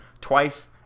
twice